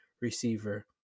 receiver